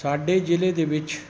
ਸਾਡੇ ਜ਼ਿਲ੍ਹੇ ਦੇ ਵਿੱਚ